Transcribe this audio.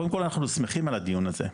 קודם כל אנחנו שמחים על הדיון הזה,